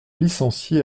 licencié